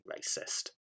racist